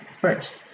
first